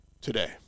today